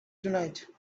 tonight